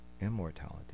immortality